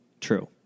True